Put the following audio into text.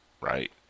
right